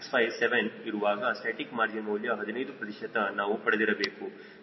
657 ಇರುವಾಗ static margin ಮೌಲ್ಯ 15 ಪ್ರತಿಶತ ನಾವು ಪಡೆದಿರಬೇಕು